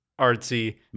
artsy